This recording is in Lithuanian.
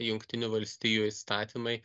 jungtinių valstijų įstatymai